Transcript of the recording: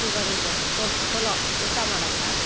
sugar ಇದ್ದೋರು first ಚಲೋ ಊಟ ಮಾಡೋಕೆ